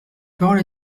parole